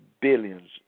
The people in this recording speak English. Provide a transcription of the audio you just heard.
billions